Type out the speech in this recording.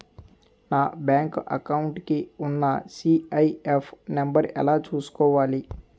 నా bank account కి ఉన్న సి.ఐ.ఎఫ్ నంబర్ ఎలా చూసుకోవాలి?